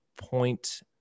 point